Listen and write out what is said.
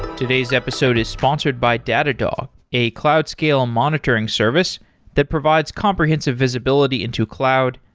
today's episode is sponsored by datadog, a cloud scale monitoring service that provides comprehensive visibility into cloud,